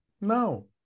No